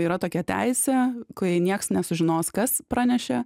yra tokia teisė kai nieks nesužinos kas pranešė